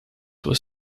was